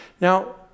Now